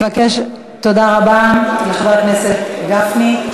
תודה רבה לחבר הכנסת גפני.